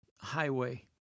highway